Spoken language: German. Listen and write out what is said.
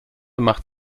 macht